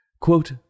Quote